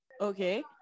Okay